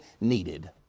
needed